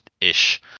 ish